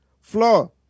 flaw